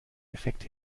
effekt